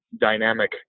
dynamic